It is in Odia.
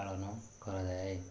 ପାଳନ କରାଯାଏ